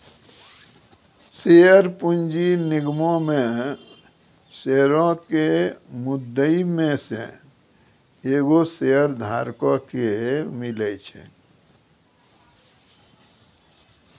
share पूंजी निगमो मे शेयरो के मुद्दइ मे से एगो शेयरधारको के मिले छै